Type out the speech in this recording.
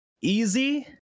easy